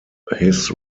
his